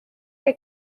que